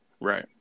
Right